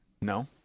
No